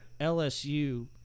lsu